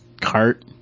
cart